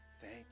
Thank